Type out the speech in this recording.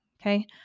Okay